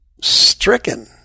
stricken